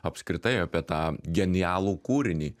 apskritai apie tą genialų kūrinį